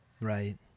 Right